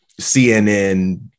CNN